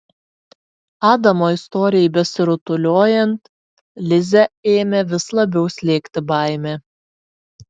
adamo istorijai besirutuliojant lizę ėmė vis labiau slėgti baimė